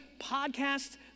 podcasts